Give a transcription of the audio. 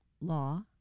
law